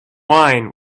wine